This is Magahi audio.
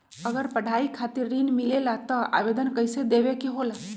अगर पढ़ाई खातीर ऋण मिले ला त आवेदन कईसे देवे के होला?